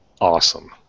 awesome